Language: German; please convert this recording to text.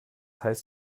heißt